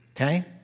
okay